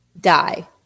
die